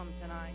tonight